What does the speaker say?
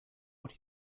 what